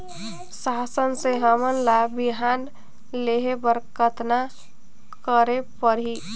शासन से हमन ला बिहान लेहे बर कतना करे परही?